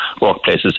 workplaces